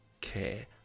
care